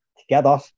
together